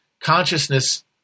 consciousness